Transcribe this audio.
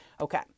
Okay